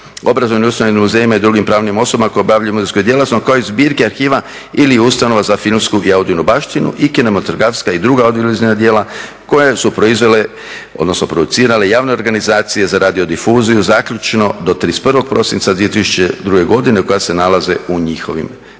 obrazovnim ustanova, muzejima i drugim pravnim osobama koje obavljaju muzejsku djelatnost kao i zbirke arhiva ili ustanova za filmsku i audiovizualnu baštinu. I kinematografska i druga audiovizualna djela koje su proizvele, odnosno producirale javne organizacije za radiodifuziju zaključno do 31. prosinca 2002. godine i koja se nalaze u njihovim arhivima,